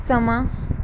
ਸਮਾਂ